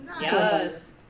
Yes